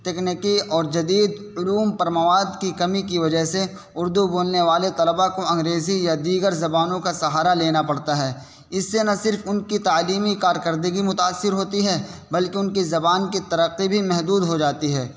تکنیکی اور جدید علوم پر مواد کی کمی کی وجہ سے اردو بولنے والے طلباء کو انگریزی یا دیگر زبانوں کا سہارا لینا پڑتا ہے اس سے نہ صرف ان کی تعلیمی کارکردگی متأثر ہوتی ہے بلکہ ان کی زبان کی ترقی بھی محدود ہو جاتی ہے